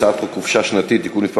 הצעת חוק חופשה שנתית (תיקון מס'